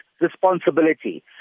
responsibility